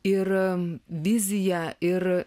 ir vizija ir